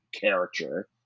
character